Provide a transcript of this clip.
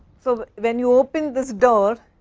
so, when you open this door,